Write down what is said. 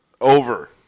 Over